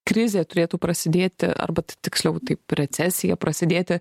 krizė turėtų prasidėti arba tiksliau taip recesija prasidėti